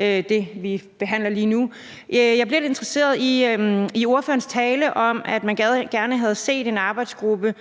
det, vi behandler lige nu. Jeg blev lidt interesseret i ordførerens tale om, at man gerne havde set en arbejdsgruppe